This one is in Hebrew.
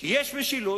כי יש משילות.